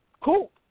cool